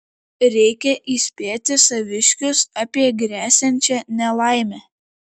reikia įspėti saviškius apie gresiančią nelaimę